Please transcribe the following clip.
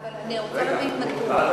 אבל אני רוצה להבין מדוע.